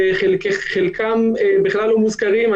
שחלקם בכלל לא מוזכרים.